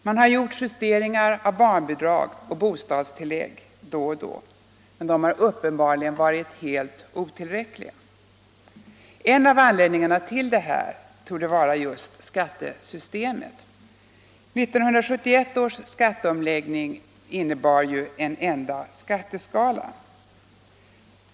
Man har gjort justeringar av barnbidrag och bostadstillägg då och då, men de har uppenbarligen varit helt otillräckliga. En av anledningarna torde vara just skattesystemet. 1971 års skatteomläggning innebar ju en enda skatteskala.